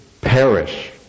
perish